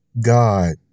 God